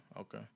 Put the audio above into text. okay